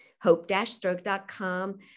hope-stroke.com